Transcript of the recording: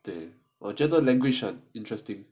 对我觉得 language 很 interesting